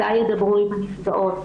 מתי ידברו עם הנפגעות,